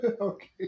Okay